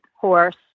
horse